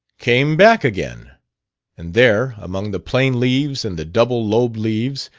came back again and there, among the plain leaves and the double-lobed leaves,